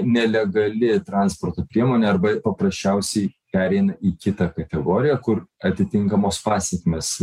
nelegali transporto priemonė arba paprasčiausiai pereina į kitą kategoriją kur atitinkamos pasekmės